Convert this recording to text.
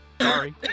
Sorry